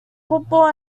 football